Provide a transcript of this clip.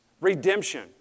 redemption